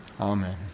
Amen